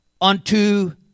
unto